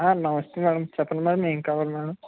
ఆ నమస్తే మేడం చెప్పండి మేడం ఏం కావాలి మేడం